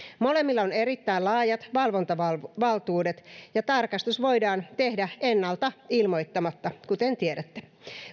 molemmilla on erittäin laajat valvontavaltuudet ja tarkastus voidaan tehdä ennalta ilmoittamatta kuten tiedätte